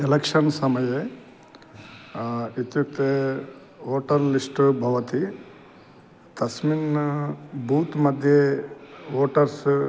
election समये इत्युक्ते voter list भवति कस्मिन् बूत् मध्ये ओटर्स्